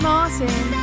Martin